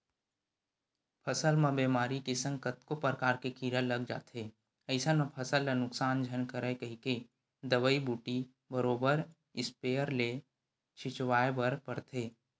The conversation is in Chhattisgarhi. फसल म बेमारी के संग कतको परकार के कीरा लग जाथे अइसन म फसल ल नुकसान झन करय कहिके दवई बूटी बरोबर इस्पेयर ले छिचवाय बर परथे